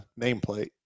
nameplate